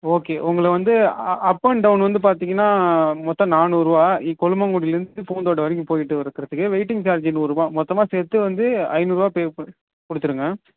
okay உங்களை வந்து up and down வந்து பார்த்திங்கன்னா மொத்தம் நானூறுரூவா கொல்லுமாங்குடிலேர்ந்து பூந்தோட்டம் வரைக்கும் போயிவிட்டு வரதுக்கு வெயிட்டிங் சார்ஜ் நூறுரூபா மொத்தமாக சேர்த்து வந்து ஐநூறுரூவா பே பண் கொடுத்துடுங்க